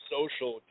Social